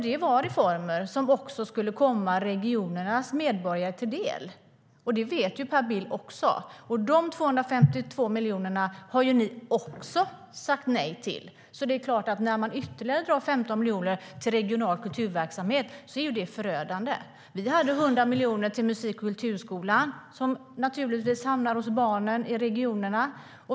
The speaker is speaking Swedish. Det var reformer som skulle komma regionernas medborgare till del. Det vet Per Bill också. Dessa 252 miljoner har ni sagt nej till, så det är ju klart att när man drar bort ytterligare 15 miljoner från kulturverksamhet är det förödande. Vi hade 100 miljoner till musik och kulturskolan som naturligtvis hamnar hos barnen i regionerna.